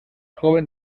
joven